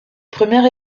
premières